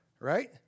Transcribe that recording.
right